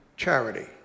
charity